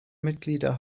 mitglieder